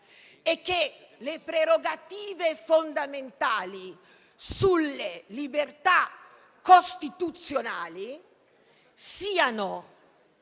e che le prerogative fondamentali sulle libertà costituzionali siano